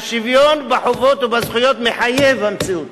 והשוויון בחובות ובזכויות מחויב המציאות.